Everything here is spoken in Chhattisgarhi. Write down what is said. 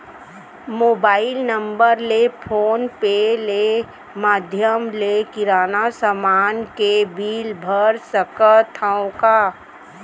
मोबाइल नम्बर ले फोन पे ले माधयम ले किराना समान के बिल भर सकथव का?